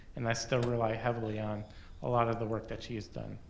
and i still rely heavily on a lot of the work that she has done.